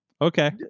Okay